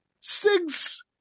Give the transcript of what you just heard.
Six